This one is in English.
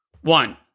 One